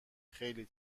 خیلی